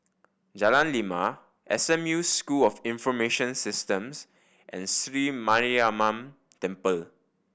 Jalan Lima S M U School of Information Systems and Sri Mariamman Temple